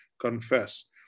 confess